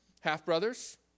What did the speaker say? half-brothers